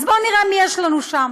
אז בואו נראה מי יש לנו שם: